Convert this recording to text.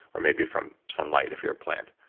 or maybe from sunlight if you're a plant